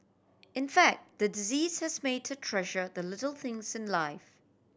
in fact the disease has made her treasure the little things in life